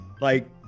like-